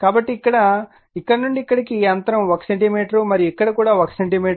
కాబట్టి ఇక్కడ నుండి ఇక్కడకు ఈ అంతరం 1 సెంటీమీటర్ మరియు ఇక్కడ కూడా 1 సెంటీమీటర్